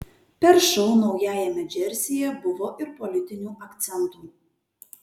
per šou naujajame džersyje buvo ir politinių akcentų